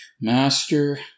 Master